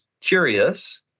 curious